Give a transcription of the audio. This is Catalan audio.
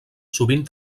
sovint